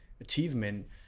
achievement